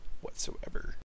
whatsoever